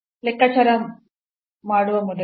ಇದು ನಾವು ಮೂರನೇ ದರ್ಜೆಯ ಪದವನ್ನು ಲೆಕ್ಕಾಚಾರ ಮಾಡುವ ಮೊದಲು